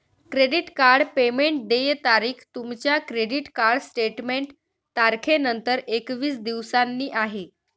credit card payment देय तारीख तुमच्या क्रेडिट कार्ड स्टेटमेंट तारखेनंतर एकवीस दिवसांनी आहे